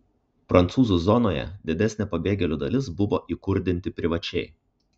prancūzų zonoje didesnė pabėgėlių dalis buvo įkurdinti privačiai